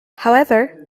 however